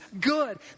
good